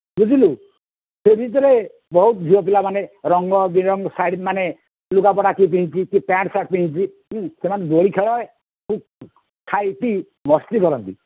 ବୁଝିଲୁ ସେ ଭିତରେ ବହୁତ ଝିଅ ପିଲାମାନେ ରଙ୍ଗ ବିରଙ୍ଗର ଶାଢୀମାନେ ଲୁଗାପଟା କିଏ ପିନ୍ଧିଛି କିଏ ପ୍ୟାଣ୍ଟ ସାର୍ଟ ପିନ୍ଧିଛି ସେମାନେ ଦୋଳି ଖେଳ ହୁଏ ଖୁବ ଖାଇ ପିଇ ମସ୍ତି କରନ୍ତି